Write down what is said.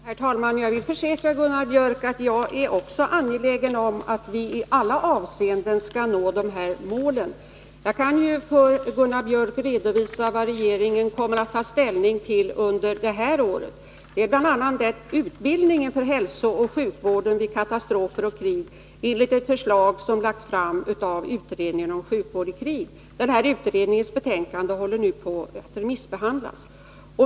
Herr talman! Jag vill försäkra Gunnar Biörck i Värmdö att jag också är angelägen om att vi i alla avseenden skall nå de här målen. Jag kan redovisa för Gunnar Biörck vad regeringen kommer att ta ställning tillunder det här året. Vi skall bl.a. behandla frågan om utbildning för hälsooch sjukvård vid katastrof och krig enligt ett förslag som lagts fram av utredningen om sjukvård i krig. Utredningens betänkande håller nu på att remissbehandlas.